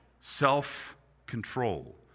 self-control